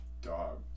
dog